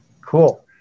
Cool